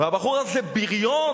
והבחור הזה בריון,